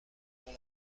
dans